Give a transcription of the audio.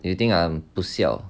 you think I'm 不孝